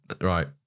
right